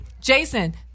jason